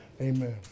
Amen